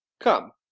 come,